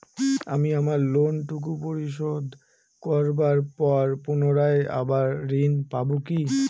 আমি আমার লোন টুকু পরিশোধ করবার পর পুনরায় আবার ঋণ পাবো কি?